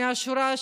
מן השורה,